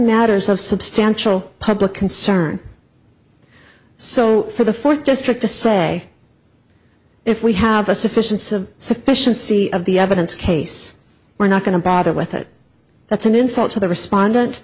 natters of substantial public concern so for the fourth district to say if we have a sufficient sufficiency of the evidence case we're not going to bother with it that's an insult to the respondent